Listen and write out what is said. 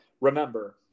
remember